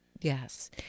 Yes